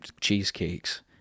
cheesecakes